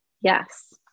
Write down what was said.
Yes